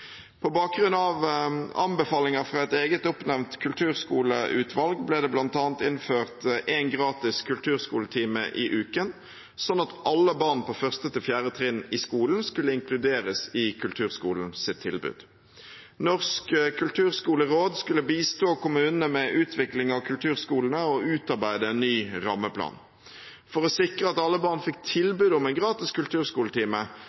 På bakgrunn av anbefalinger fra et eget oppnevnt kulturskoleutvalg ble det bl.a. innført en gratis kulturskoletime i uken, sånn at alle barn på 1.–4. trinn i skolen skulle inkluderes i kulturskolens tilbud. Norsk kulturskoleråd skulle bistå kommunene med utvikling av kulturskolene og utarbeide en ny rammeplan. For å sikre at alle barn fikk